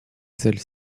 celle